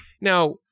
Now